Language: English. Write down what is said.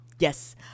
Yes